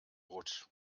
rutsch